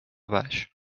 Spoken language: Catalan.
baix